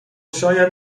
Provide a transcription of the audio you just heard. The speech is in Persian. شاید